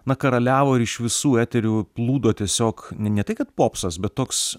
na karaliavo ir iš visų eterių plūdo tiesiog ne ne tai kad popsas bet toks